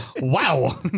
wow